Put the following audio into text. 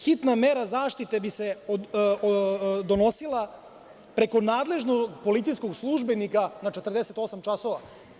Hitna mera zaštite bi se donosila preko nadležnog policijskog službenika na 48 časova.